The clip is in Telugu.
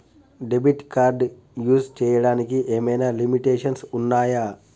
డెబిట్ కార్డ్ యూస్ చేయడానికి ఏమైనా లిమిటేషన్స్ ఉన్నాయా?